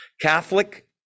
Catholic